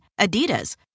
Adidas